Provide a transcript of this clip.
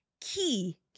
key